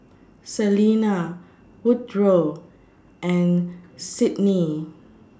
Selena Woodroe and Sydnee